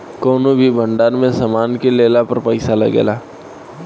कौनो भी भंडार में सामान के लेला पर पैसा लागेला